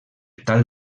tal